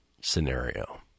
scenario